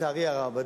לצערי הרב,